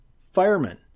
firemen